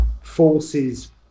forces